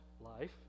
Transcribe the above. life